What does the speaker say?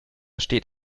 steht